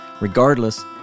regardless